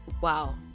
wow